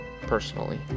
personally